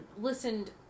listened